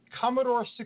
Commodore